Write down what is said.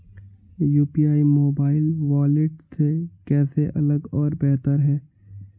UPI mobile wallet से कैसे अलग और बेहतर है?